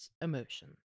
emotion